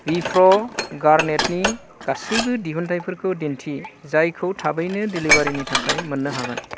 विप्र' गार्नेटनि गासैबो दिहुनथाइफोरखौ दिन्थि जायखौ थाबैनो डेलिबारिनि थाखाय मोन्नो हागोन